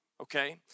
Okay